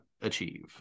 achieve